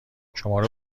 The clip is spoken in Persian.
شماره